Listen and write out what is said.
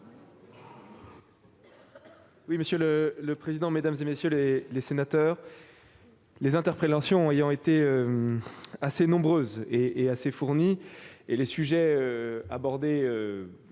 Monsieur le président, mesdames, messieurs les sénateurs, les interpellations ayant été assez nombreuses et fournies et les sujets abordés